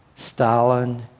Stalin